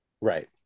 Right